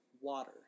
water